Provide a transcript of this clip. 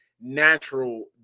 natural